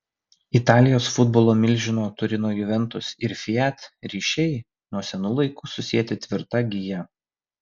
italijos futbolo milžino turino juventus ir fiat ryšiai nuo senų laikų susieti tvirta gija